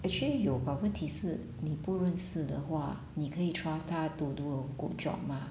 actually 有 but 问题是你不认识的话你可以 trust 她 to do a good job 吗